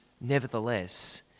Nevertheless